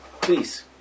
please